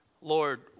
Lord